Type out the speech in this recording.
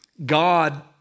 God